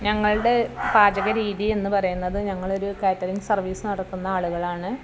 ഞങ്ങളുടെ പാചക രീതി എന്നു പറയുന്നത് ഞങ്ങളൊരു കാറ്ററിങ്ങ് സർവീസ് നടത്തുന്ന ആളുകളാണ്